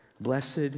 blessed